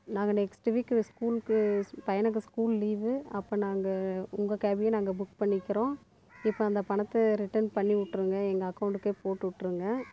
நாங்கள் நெக்ஸ்டு வீக்கு ஸ்கூலுக்கு பையனுக்கு ஸ்கூல் லீவு அப்போ நாங்கள் உங்கள் கேபையே நாங்கள் புக் பண்ணிக்கிறோம் இப்போ அந்த பணத்தை ரிட்டர்ன் பண்ணி விட்ருங்க எங்கள் அக்கவுண்ட்டுக்கே போட்டு விட்ருங்க